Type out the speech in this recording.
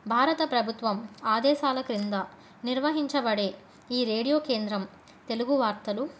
భారత ప్రభుత్వం ఆదేశాల క్రింద నిర్వహించబడే ఈ రేడియో కేంద్రం తెలుగు వార్తలు